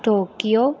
Tokyo